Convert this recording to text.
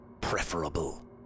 preferable